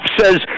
says